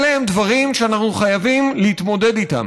אלה דברים שאנחנו חייבים להתמודד איתם.